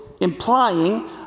implying